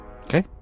Okay